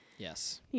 Yes